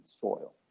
soil